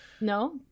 no